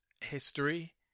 history